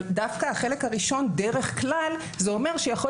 אבל דווקא החלק הראשון דרך כלל זה אומר שיכול